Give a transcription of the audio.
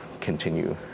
continue